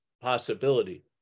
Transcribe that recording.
possibility